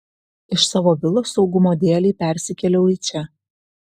iš savo vilos saugumo dėlei persikėliau į čia